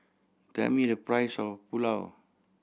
tell me the price of Pulao